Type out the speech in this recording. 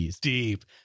Deep